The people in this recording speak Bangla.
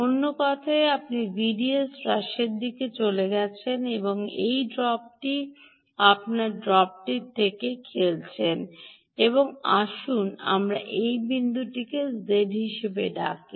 অন্য কথায় আপনি ভিডিএস হ্রাসের দিকে চলে গেছেন এই ড্রপটি আপনি এই ড্রপটি নিয়ে খেলছেন এবং আসুন আমরা এই বিন্দুটিকে z হিসাবে ডাকি